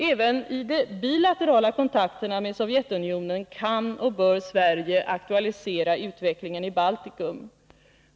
Även i de bilaterala kontakterna med Sovjetunionen kan och bör Sverige aktualisera utvecklingen i Baltikum.